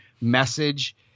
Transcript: message